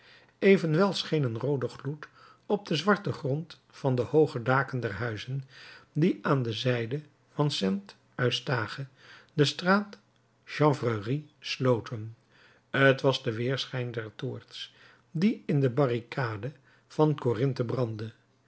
evenwel scheen een roode gloed op den zwarten grond van de hooge daken der huizen die aan de zijde van st eustache de straat chanvrerie sloten t was de weerschijn der toorts die in de barricade van corinthe brandde